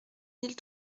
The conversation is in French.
mille